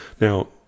Now